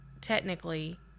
technically